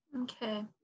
Okay